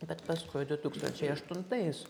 bet paskui du tūkstančiai aštuntais